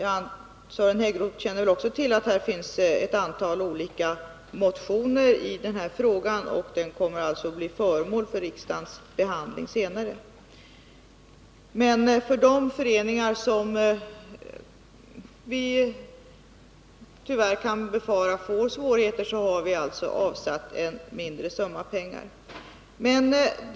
Sören Häggroth känner också till att det föreligger ett antal motioner i denna fråga, och att den kommer att bli föremål för riksdagens behandling senare. Men för de föreningar som vi kan befara får svårigheter har vi alltså avsatt en mindre summa pengar.